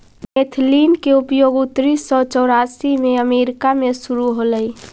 bromethalin के उपयोग उन्नीस सौ चौरासी में अमेरिका में शुरु होलई